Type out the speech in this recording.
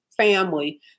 family